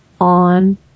on